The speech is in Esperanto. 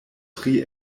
tri